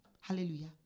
hallelujah